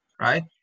right